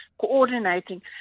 coordinating